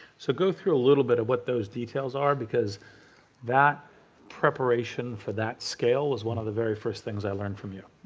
so go through a little bit of what those details are because that preparation for that scale was one of the very first things i learned from you.